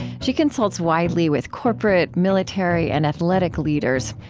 she consults widely with corporate, military, and athletic leaders.